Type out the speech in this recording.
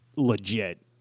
legit